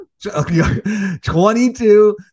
22